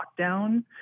lockdown